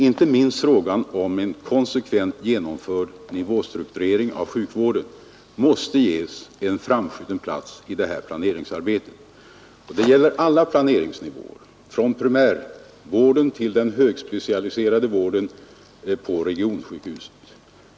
Inte minst frågan om en konsekvent genomförd nivåstrukturering av sjukvården måste ges en framskjuten plats i detta planeringsarbete. Det gäller alla planeringsnivåer, från primärvården till den högspecialiserade vården på regionsjukhuset.